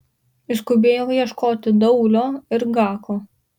išskubėjo ieškoti daulio ir gako